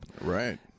Right